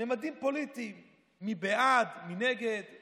מגיע מישהו ומשתמש